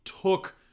took